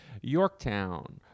Yorktown